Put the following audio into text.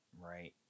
right